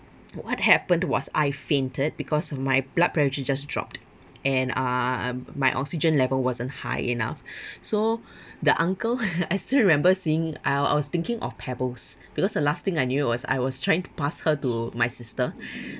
what happened was I fainted because my blood pressure just dropped and um my oxygen level wasn't high enough so the uncle I still remember seeing I was thinking of pebbles because the last thing I knew was I was trying to pass her to my sister